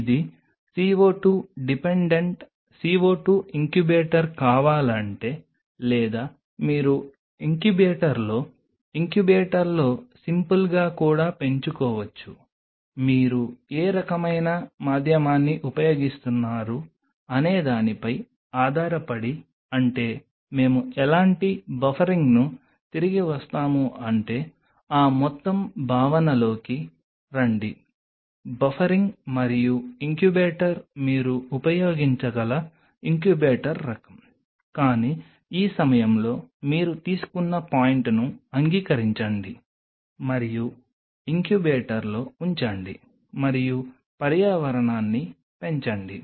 ఇది CO 2 dependent CO 2 incubator కావాలంటే లేదా మీరు ఇంక్యుబేటర్లో ఇంక్యుబేటర్లో సింపుల్గా కూడా పెంచుకోవచ్చు మీరు ఏ రకమైన మాధ్యమాన్ని ఉపయోగిస్తున్నారు అనేదానిపై ఆధారపడి అంటే మేము ఎలాంటి బఫరింగ్ను తిరిగి వస్తాము అంటే ఆ మొత్తం భావనలోకి రండి బఫరింగ్ మరియు ఇంక్యుబేటర్ మీరు ఉపయోగించగల ఇంక్యుబేటర్ రకం కానీ ఈ సమయంలో మీరు తీసుకున్న పాయింట్ను అంగీకరించండి మరియు ఇంక్యుబేటర్లో ఉంచండి మరియు పర్యావరణాన్ని పెంచండి